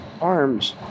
arms